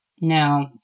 no